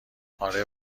آره